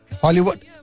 Hollywood